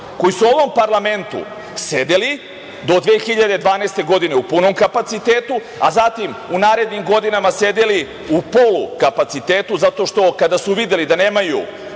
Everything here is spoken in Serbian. koji su u ovom parlamentu sedeli do 2012. godine u punom kapacitetu, a zatim u narednim godinama sedeli u polu kapacitetu zato što kada su videli da nemaju